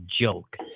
joke